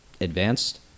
advanced